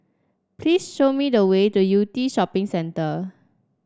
please show me the way to Yew Tee Shopping Centre